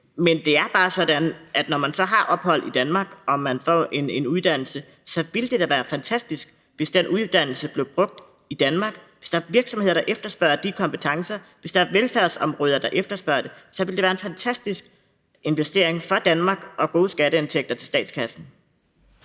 Men det er bare sådan, at når man så havde ophold i Danmark og man fik en uddannelse, ville det da være fantastisk, hvis den uddannelse blev brugt i Danmark. Altså, hvis der er virksomheder, der efterspørger de kompetencer, hvis der er velfærdsområder, hvor de efterspørges, så ville det være en fantastisk investering for Danmark og gode skatteindtægter til statskassen.